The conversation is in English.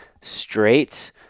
straight